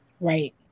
Right